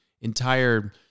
entire